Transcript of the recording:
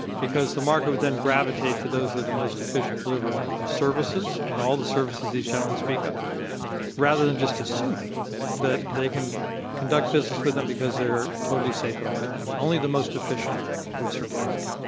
because the market would then gravitate to those with the most efficient delivery of services and all the services these gentlemen speak of rather than just assuming that they can conduct business with them because they're totally safe at all times. only the most efficient would survive.